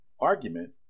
argument